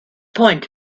point